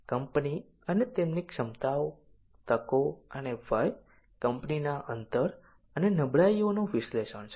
company અને તેની ક્ષમતાઓ તકો અને ભય કંપનીના અંતર અને નબળાઈઓનું વિશ્લેષણ છે